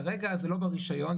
כרגע זה לא ברשיון,